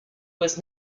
was